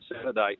Saturday